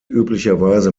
üblicherweise